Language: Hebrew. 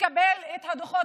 מקבל את הדוחות.